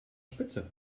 spitze